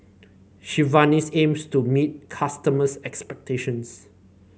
Sigvaris aims to meet customers' expectations